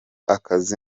akazi